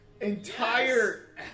entire